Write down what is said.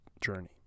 journey